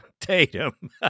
Tatum